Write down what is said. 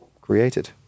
created